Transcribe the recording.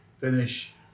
finish